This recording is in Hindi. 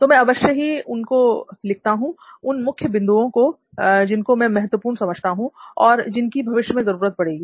तो मैं अवश्य ही उनको लिखता हूं उन मुख्य बिंदुओं को जिनको मैं महत्वपूर्ण समझता हूं और जिनकी भविष्य में जरूरत पड़ेगी